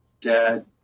dad